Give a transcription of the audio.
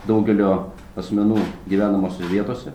daugelio asmenų gyvenamose vietose